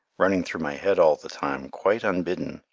running through my head all the time, quite unbidden,